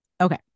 Okay